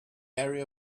area